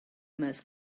most